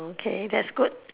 okay that's good